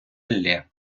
ллє